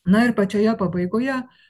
na ir pačioje pabaigoje